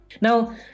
Now